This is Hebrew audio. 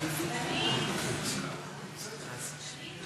חברי הכנסת איימן